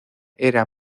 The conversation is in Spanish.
era